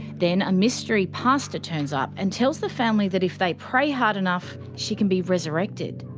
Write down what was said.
then a mystery pastor turns up, and tells the family that if they pray hard enough. she can be resurrected.